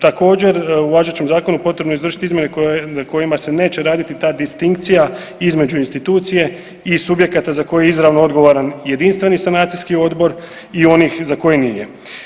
Također u važećem zakonu potrebno je izvršiti izmjene kojima se neće raditi ta distinkcija između institucije i subjekata za koji je izravno odgovoran jedinstveni sanacijski odbor i onih za koje nije.